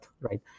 right